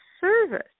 service